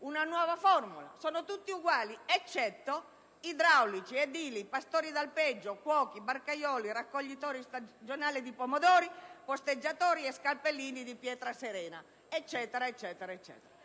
un'altra formula? Sono tutti uguali, eccetto: idraulici, edili, pastori d'alpeggio, cuochi, barcaioli, raccoglitori stagionali di pomodori, posteggiatori, scalpellini di pietra serena, eccetera eccetera.